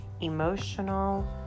emotional